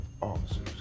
officers